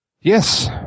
Yes